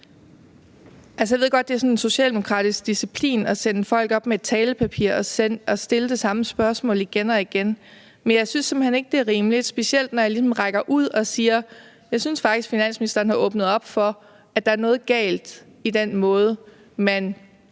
sådan en socialdemokratisk disciplin at sende folk op med et talepapir, hvor de stiller det samme spørgsmål igen og igen, men jeg synes simpelt hen ikke, det er rimeligt – specielt ikke, når jeg ligesom rækker ud og siger: Jeg synes faktisk, at finansministeren har åbnet op for, at der er noget galt i den måde, man